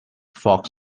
fox